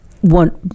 one